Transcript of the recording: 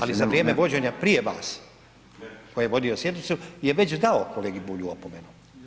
Ali za vrijeme vođenja prije vas, tko je vodio sjednicu je već dao kolegi Bulju opomenu.